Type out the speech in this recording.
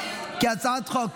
את הצעת חוק